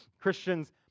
Christians